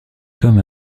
comme